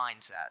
mindset